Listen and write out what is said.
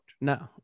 No